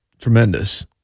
tremendous